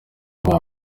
babo